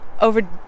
over